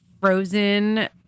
frozen